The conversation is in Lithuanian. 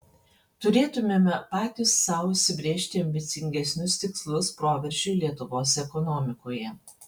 turėtumėme patys sau užsibrėžti ambicingesnius tikslus proveržiui lietuvos ekonomikoje